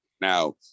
Now